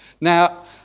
Now